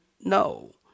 no